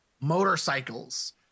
motorcycles